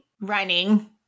Running